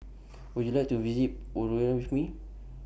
Would YOU like to visit with Me